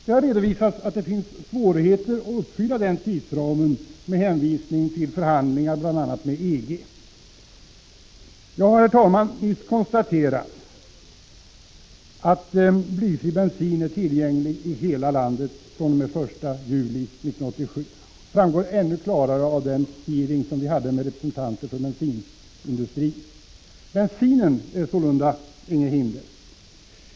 Det har redovisats att svårigheter finns att hålla sig inom denna tidsram, med hänvisning till förhandlingar bl.a. med EG. Jag har, herr talman, nyss konstaterat att blyfri bensin finns tillgänglig i hela landet fr.o.m. den 1 juli 1987. Detta framgick ännu klarare vid den hearing som vi hade med representanter för bensinindustrin. Bensinen är sålunda inget hinder.